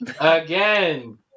Again